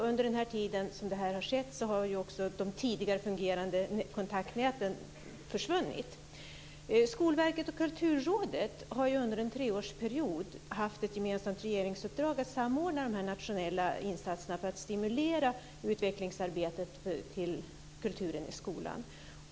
Under tiden som det här har skett har också de tidigare fungerande kontaktnäten försvunnit. Skolverket och Kulturrådet har under en treårsperiod haft ett gemensamt regeringsuppdrag att samordna de nationella insatserna för att stimulera utvecklingsarbetet med kulturen i skolan.